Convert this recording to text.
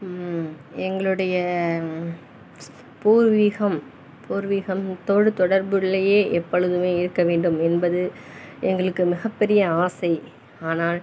எங்களுடைய பூர்வீகம் பூர்வீகம் தொழில் தொடர்புள்ளேயே எப்பொழுதுமே இருக்க வேண்டும் என்பது எங்களுக்கு மிக பெரிய ஆசை ஆனால்